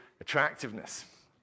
attractiveness